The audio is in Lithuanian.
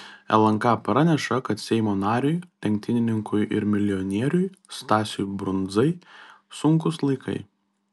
lnk praneša kad seimo nariui lenktynininkui ir milijonieriui stasiui brundzai sunkūs laikai